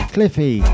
Cliffy